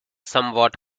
somewhat